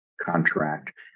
contract